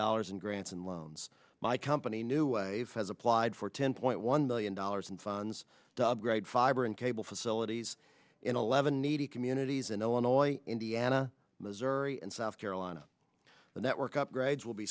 dollars in grants and loans my company new wave has applied for ten point one billion dollars in funds the fiber and cable facility these in eleven needy communities in illinois indiana missouri and south carolina the network upgrades will be